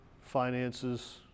finances